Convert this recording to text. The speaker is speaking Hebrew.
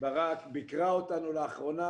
ברק ביקרה אותנו לאחרונה,